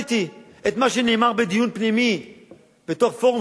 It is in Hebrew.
ציטטתי את מה שנאמר בדיון פנימי בתוך פורום,